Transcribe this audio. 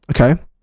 okay